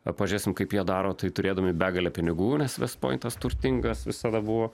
pažiūrėsim kaip jie daro tai turėdami begalę pinigų nes vestpointas turtingas visada buvo